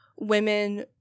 women